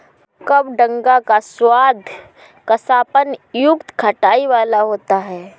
कबडंगा का स्वाद कसापन युक्त खटाई वाला होता है